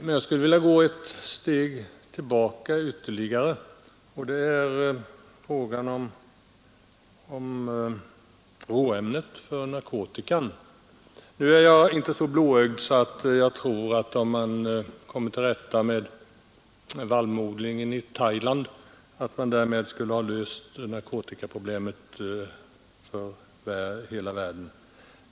Men jag skulle vilja gå ett steg ytterligare tillbaka och beröra frågan om råämnet för narkotikan. Nu är jag inte så blåögd att jag tror att om man kommer till rätta med vallmoodlingen i Thailand, man därmed skulle ha löst narkotikaproblemet för hela världen.